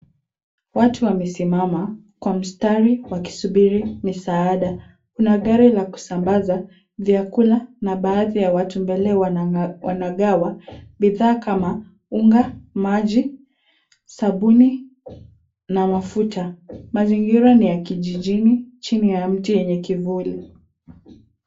Watu wamesimama kwa mstari wakisubiri misaada. Kuna gari la kusambaza vyakula na baadhi ya watu mbele wanagawa bidhaa kama unga, maji, sabuni na mafuta. Mazingira ni ya kijijini chini ya mti yenye kivuli.